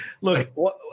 Look